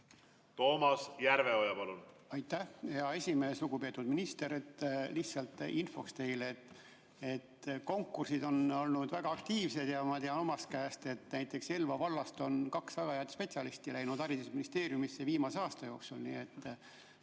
Toomas Järveoja, palun! Aitäh, hea esimees! Lugupeetud minister! Lihtsalt infoks teile, et konkursid on olnud väga aktiivsed, ja ma tean omast käest, et näiteks Elva vallast on kaks väga head spetsialisti läinud haridusministeeriumisse viimase aasta jooksul.